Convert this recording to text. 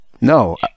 No